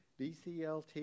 BCLT